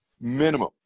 minimum